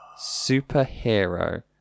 superhero